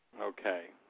Okay